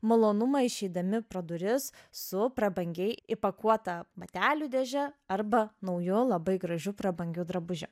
malonumą išeidami pro duris su prabangiai įpakuotą batelių dėže arba nauju labai gražiu prabangiu drabužiu